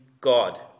God